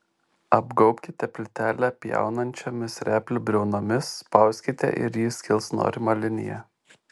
apgaubkite plytelę pjaunančiomis replių briaunomis spauskite ir ji skils norima linija